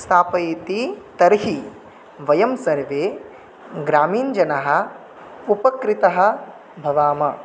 स्थापयति तर्हि वयं सर्वे ग्रामीणजनाः उपकृताः भवामः